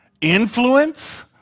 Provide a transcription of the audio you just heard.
influence